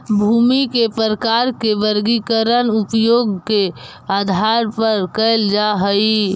भूमि के प्रकार के वर्गीकरण उपयोग के आधार पर कैल जा हइ